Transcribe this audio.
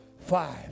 five